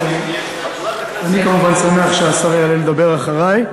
אני, כמובן, שמח שהשר יעלה לדבר אחרי.